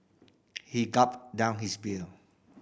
he gulped down his beer